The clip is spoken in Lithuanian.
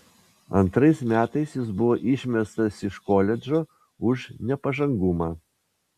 antrais metais jis buvo išmestas iš koledžo už nepažangumą